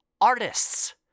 artists